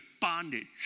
bondage